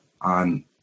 on